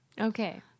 Okay